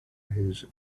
eyes